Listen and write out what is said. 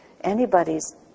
anybody's